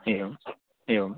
एवम् एवं